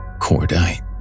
Cordite